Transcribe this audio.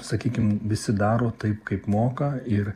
sakykim visi daro taip kaip moka ir